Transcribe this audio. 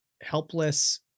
helpless